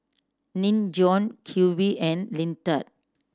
Nin Jiom Q V and Lindt